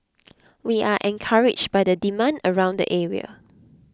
we are encouraged by the demand around the area